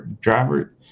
driver